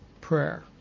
prayer